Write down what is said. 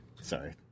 sorry